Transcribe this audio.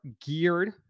geared